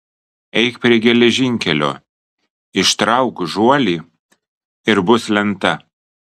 eik prie geležinkelio ištrauk žuolį ir bus lenta